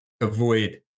avoid